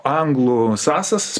anglų sasas